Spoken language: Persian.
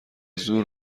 زور